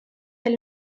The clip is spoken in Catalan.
del